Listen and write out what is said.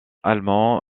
allemand